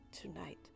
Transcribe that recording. tonight